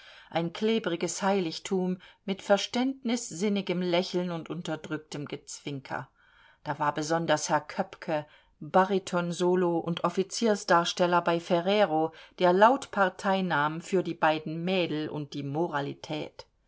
ein klebriges heiligtum mit verständnissinnigem lächeln und unterdrücktem gezwinker da war besonders herr köppke baritonsolo und offiziersdarsteller bei ferrero der laut partei nahm für die beiden mädel und die moralität